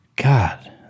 God